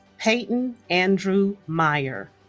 peyton andrew meyer